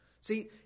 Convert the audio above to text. See